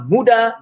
Muda